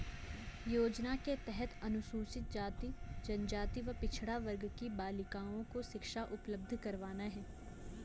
योजना के तहत अनुसूचित जाति, जनजाति व पिछड़ा वर्ग की बालिकाओं को शिक्षा उपलब्ध करवाना है